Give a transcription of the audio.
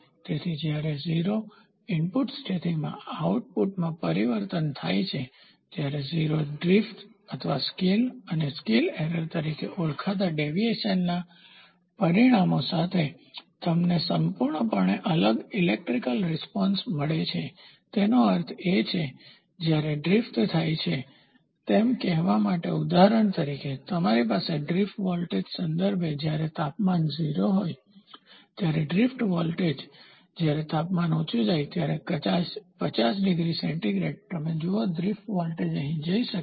તેથી જ્યારે 0 ઇનપુટ સ્થિતિમાં આઉટપુટમાં પરિવર્તન થાય છે ત્યારે 0 ડ્રિફ્ટ અથવા સ્કેલ અને સ્કેલ એરર તરીકે ઓળખાતા ડેવીએશનવિચલનના પરિણામો સાથે તમને સંપૂર્ણપણે અલગ ઇલેક્ટ્રીકલ રીસ્પોન્સ વિદ્યુત પ્રતિસાદ મળે છે તેનો અર્થ એ કે જ્યારે ડ્રિફ્ટ થાય છે તેમ કહેવા માટે ઉદાહરણ તરીકે તાપમાન પછી ડ્રિફ્ટ વોલ્ટેજ સંદર્ભે જ્યારે તાપમાન 0 હોય ત્યારે ડ્રિફ્ટ વોલ્ટેજ જ્યારે તાપમાન ઉચું જાય ત્યારે કદાચ 50 ડિગ્રી સેલ્સિયસ તમે જુઓ ડ્રિફ્ટ વોલ્ટેજ અહીં જઇ શકે છે